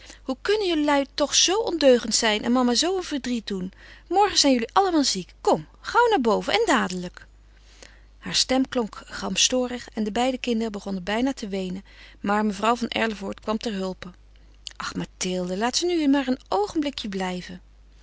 hoe kunnen jelui toch zoo ondeugend zijn en mama zoo een verdriet doen morgen zijn jullie allemaal ziek kom gauw naar boven en dadelijk haar stem klonk gramstorig en de beide kinderen begonnen bijna te weenen maar mevrouw van erlevoort kwam ter hulpe ach mathilde laat ze nu maar een oogenblikje blijven